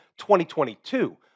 2022